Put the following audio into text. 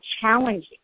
challenging